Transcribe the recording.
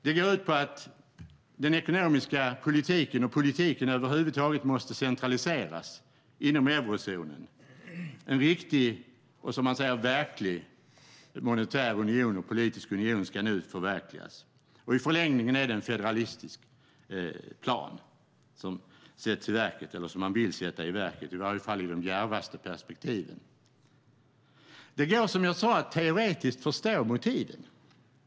Den går ut på att den ekonomiska politiken och politiken över huvud taget måste centraliseras inom eurozonen. En riktig och, som man säger, verklig monetär och politisk union ska nu förverkligas. I förlängningen är det en federalistisk plan som man vill sätta i verket, i alla fall i de djärvaste perspektiven. Det går, som jag sade, att teoretiskt förstå motiven.